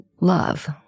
Love